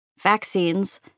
vaccines